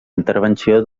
intervenció